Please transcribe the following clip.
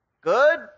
good